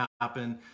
happen